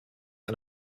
are